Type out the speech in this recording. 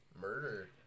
Murder